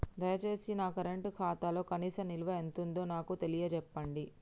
దయచేసి నా కరెంట్ ఖాతాలో కనీస నిల్వ ఎంతుందో నాకు తెలియచెప్పండి